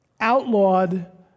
outlawed